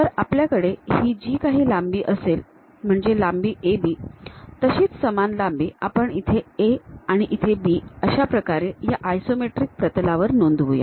तर आपल्याकडे जी काही लांबी असेल म्हणजे लांबी AB तशीच समान लांबी आपण इथे A आणि इथे B अशाप्रकारे या आयसोमेट्रिक प्रतलावर नोंदवूया